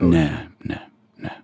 ne ne ne